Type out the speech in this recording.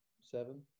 seven